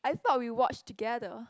I thought we watch together